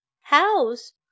house